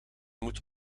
moet